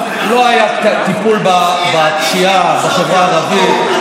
לא היה טיפול בפשיעה בחברה הערבית,